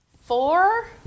Four